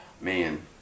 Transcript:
man